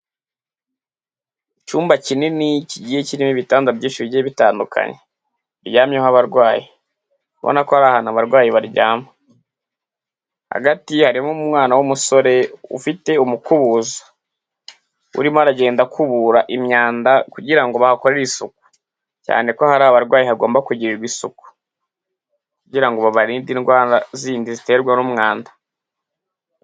Icyumba kinini kigiye kirimo ibitanda byinshi bigiye bitandukanye, biryamyeho abarwayi ubona ko ari ahantu abarwayi baryama, hagati harimo umwana w'umusore ufite umukubuza urimo aragenda akubura imyanda kugirango bahakore isuku. Cyane ko ahari abarwayi hagomba kugirirwa isuku kugira ngo babarinde indwara zindi ziterwa n'umwanda.